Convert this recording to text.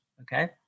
okay